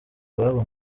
iwabo